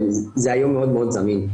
זה היום מאוד מאוד זמין.